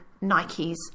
Nike's